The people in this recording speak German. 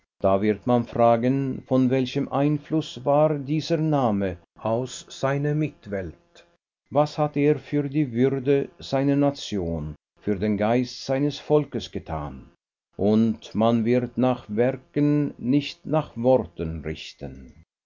da wird man fragen von welchem einfluß war dieser name aus seine mitwelt was hat er für die würde seiner nation für den geist seines volkes getan und man wird nach werken nicht nach worten richten